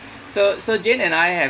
so so jane and I have